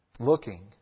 Looking